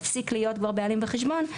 הפסיק להיות כבר בעלים בחשבון,